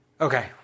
Okay